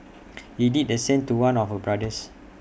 he did the same to one of her brothers